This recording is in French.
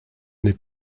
n’est